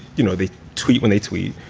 you know, the tweet when they tweet,